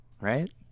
Right